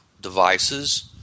devices